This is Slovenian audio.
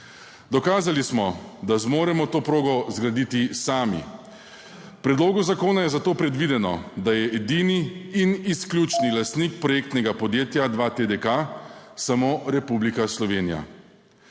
Dokazali smo, da zmoremo to progo zgraditi sami. V predlogu zakona je zato predvideno, da je edini in izključni lastnik projektnega podjetja 2TDK samo Republika Slovenija.